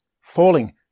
falling